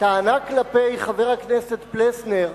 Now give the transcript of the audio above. טענה כלפי חבר הכנסת פלסנר,